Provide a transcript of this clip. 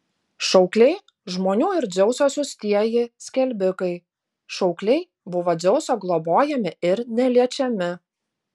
šaukliai žmonių ir dzeuso siųstieji skelbikai šaukliai buvo dzeuso globojami ir neliečiami